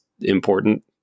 important